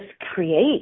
create